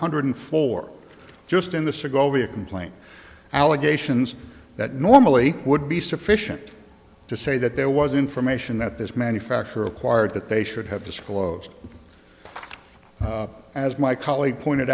hundred four just in the soko v a complaint allegations that normally would be sufficient to say that there was information that this manufacturer acquired that they should have disclosed as my colleague pointed